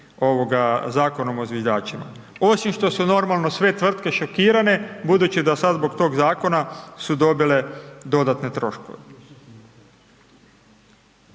tim zakonom o zviždačima osim što su normalno sve tvrtke šokirane, budući da sad zbog tog zakona su dobile dodatne troškove.